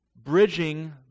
Bridging